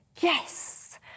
yes